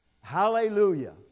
hallelujah